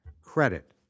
credit